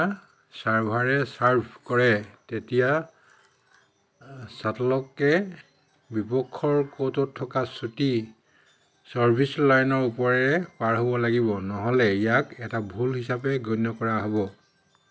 যেতিয়া ছাৰ্ভাৰে ছাৰ্ভ কৰে তেতিয়া শ্বাটলকে বিপক্ষৰ ক'ৰ্টত থকা চুটি ছৰ্ভিচ লাইনৰ ওপৰেৰে পাৰ হ'ব লাগিব নহ'লে ইয়াক এটা ভুল হিচাপে গণ্য কৰা হ'ব